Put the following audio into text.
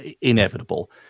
inevitable